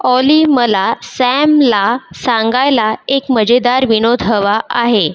ऑली मला सॅमला सांगायला एक मजेदार विनोद हवा आहे